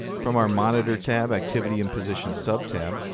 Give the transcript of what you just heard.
from our monitor tab, activity and position sub-tab,